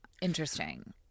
Interesting